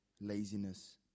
laziness